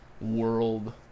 world